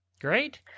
Great